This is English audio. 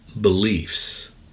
beliefs